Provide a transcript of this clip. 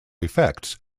effects